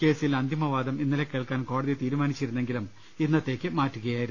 കേസിൽ അന്തിമവാദം ഇന്നലെ കേൾക്കാൻ കോടതി തീരുമാനിച്ചിരുന്നെങ്കിലും ഇന്നത്തേക്ക് മാറ്റുകയായിരുന്നു